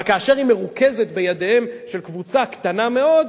רק כאשר היא מרוכזת בידיהם של קבוצה קטנה מאוד,